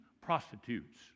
prostitutes